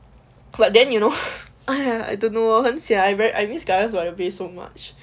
but then you know I don't know 很 sian I very I miss gardens by the bay so much